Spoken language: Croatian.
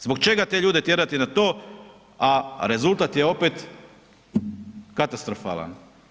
Zbog čega te ljude tjerati na to a rezultat je opet katastrofalan.